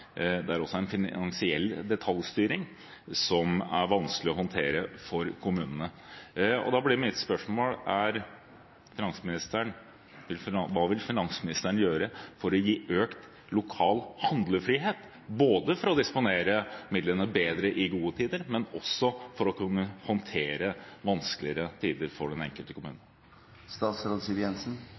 finansiell detaljstyring som er vanskelig å håndtere for kommunene. Da blir mitt spørsmål: Hva vil finansministeren gjøre for å gi økt lokal handlefrihet, både for å disponere midlene bedre i gode tider, men også for å kunne håndtere vanskeligere tider for den enkelte